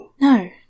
No